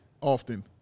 often